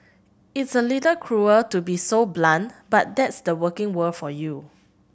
it's a little cruel to be so blunt but that's the working world for you